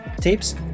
tips